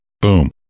Boom